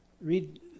Read